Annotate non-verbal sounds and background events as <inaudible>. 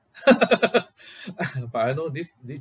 <laughs> but I know this this